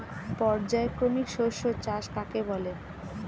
পর্যায়ক্রমিক শস্য চাষ কাকে বলে?